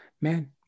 man